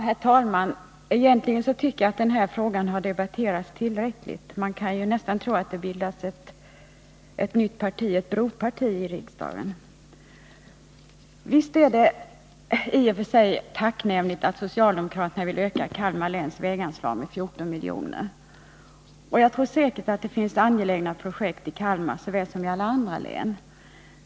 Herr talman! Egentligen tycker jag att den här frågan har debatterats tillräckligt. Man kan nästan tro att det har bildats ett nytt parti, ett broparti, i riksdagen. Visst är det tacknämligt att socialdemokraterna vill öka Kalmar läns väganslag med 14 miljoner. Jag tror säkert att det finns angelägna projekt i Kalmar såväl som i andra län.